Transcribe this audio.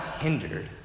hindered